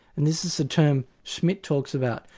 and this is the term schmitt talks about,